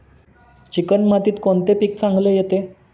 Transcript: Chicken मातीत कोणते पीक चांगले येते?